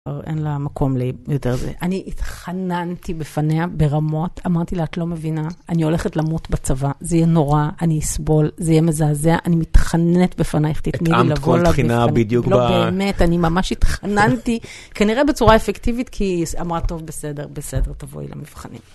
אין לה מקום לי יותר, אני התחננתי בפניה ברמות, אמרתי לה, את לא מבינה, אני הולכת למות בצבא, זה יהיה נורא, אני אסבול, זה יהיה מזעזע, אני מתחננת בפניך, תתני לי לבוא לה בפניך. התאמת כל תחינה בדיוק בה... לא באמת, אני ממש התחננתי, כנראה בצורה אפקטיבית, כי היא אמרה, טוב, בסדר, בסדר, תבואי למבחנים.